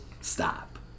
stop